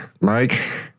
Mike